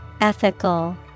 Ethical